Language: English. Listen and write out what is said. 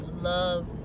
love